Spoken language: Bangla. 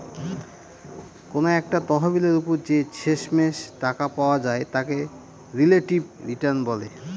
কোনো একটা তহবিলের ওপর যে শেষমেষ টাকা পাওয়া যায় তাকে রিলেটিভ রিটার্ন বলে